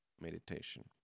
meditation